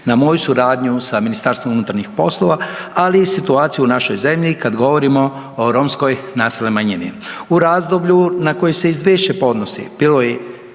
na moju suradnju sa MUP-om, ali i situaciju u našoj zemlji kad govorimo o romskoj nacionalnoj manjini. U razdoblju na koje se izvješće podnosi bilo je